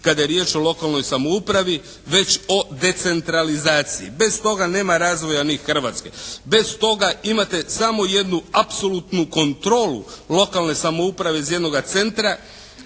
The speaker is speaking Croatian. kada je riječ o lokalnoj samoupravi, već o decentralizaciji. Bez toga nema razvoja ni Hrvatske. Bez toga imate samo jednu apsolutnu kontrolu lokalne samouprave iz jednoga centra,